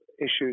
issues